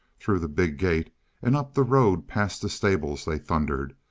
through the big gate and up the road past the stables they thundered,